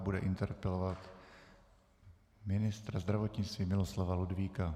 Bude interpelovat ministra zdravotnictví Miloslava Ludvíka.